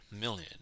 million